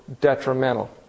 detrimental